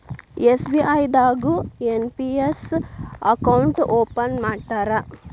SBI ದಾಗು NPS account open ಮಾಡ್ತಾರಾ